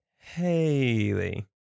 Haley